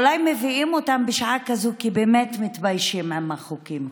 אולי מביאים אותם בשעה כזו כי באמת הם מתביישים מהחוקים.